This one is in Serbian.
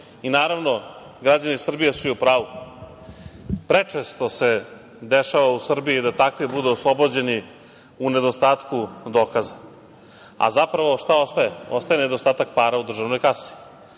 uradi. Naravno, građani Srbije su i u pravu. Prečesto se dešava u Srbiji da takvi budu oslobođeni u nedostatku dokaza, a zapravo šta ostaje? Ostaje nedostatak para u državnoj kasi,